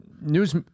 news—